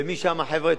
ומשם החבר'ה,